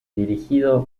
dirigido